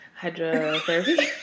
Hydrotherapy